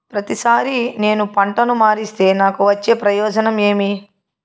ప్రతిసారి నేను పంటను మారిస్తే నాకు వచ్చే ప్రయోజనం ఏమి?